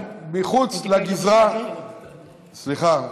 סליחה,